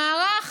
המערך